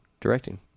directing